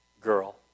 girl